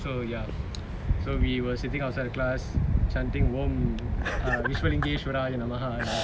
so ya so we were sitting outside the class chanting om விஷ்யலிங்கேஷ்யராயனமஹா:om vishwalingeshwarayanamaha and all